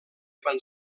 van